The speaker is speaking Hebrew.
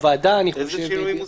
איזה שינויים מסכימים?